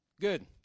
Good